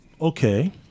okay